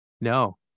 No